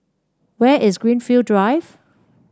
where is Greenfield Drive